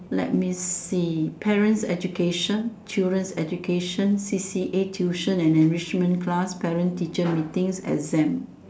let me see parents education children education C_C_A tuition and enrichment class parents teacher meeting exam